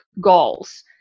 goals